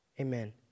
amen